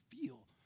feel